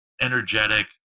energetic